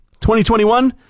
2021